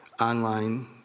online